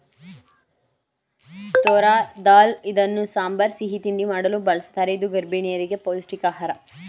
ತೂರ್ ದಾಲ್ ಇದನ್ನು ಸಾಂಬಾರ್, ಸಿಹಿ ತಿಂಡಿ ಮಾಡಲು ಬಳ್ಸತ್ತರೆ ಇದು ಗರ್ಭಿಣಿಯರಿಗೆ ಪೌಷ್ಟಿಕ ಆಹಾರ